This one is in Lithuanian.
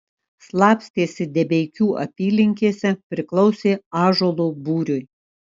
slapstėsi debeikių apylinkėse priklausė ąžuolo būriui